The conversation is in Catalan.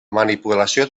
manipulació